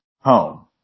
home